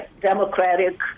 democratic